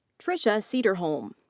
tricia sederholm.